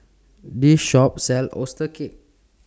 This Shop sells Oyster Cake